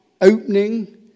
opening